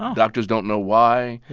um doctors don't know why.